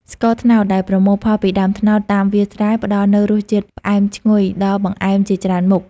ស្ករត្នោត ដែលប្រមូលផលពីដើមត្នោតតាមវាលស្រែ ផ្តល់នូវរសជាតិផ្អែមឈ្ងុយដល់បង្អែមជាច្រើនមុខ។